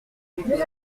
nous